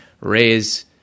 raise